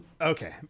Okay